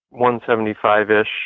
$175-ish